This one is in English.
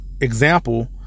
example